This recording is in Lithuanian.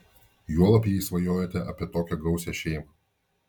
juolab jei svajojate apie tokią gausią šeimą